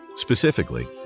Specifically